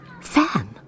Fan